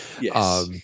Yes